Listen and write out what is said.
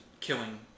killing